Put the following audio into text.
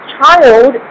child